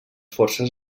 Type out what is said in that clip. forces